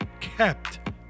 kept